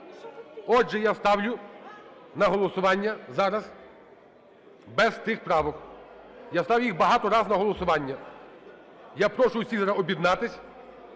Отже, я ставлю на голосування зараз без тих правок. Я ставив їх багато разів на голосування. Я прошу всіх зараз об'єднатися